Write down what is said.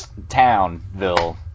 Townville